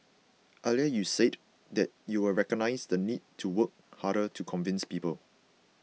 earlier you said that you recognise the need to work harder to convince people